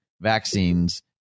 vaccines